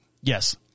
Yes